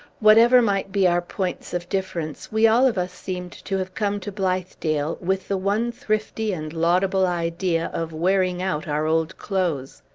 whatever might be our points of difference, we all of us seemed to have come to blithedale with the one thrifty and laudable idea of wearing out our old clothes.